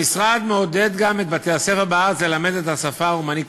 המשרד מעודד את בתי-הספר בארץ ללמד את השפה ומעניק